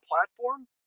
platform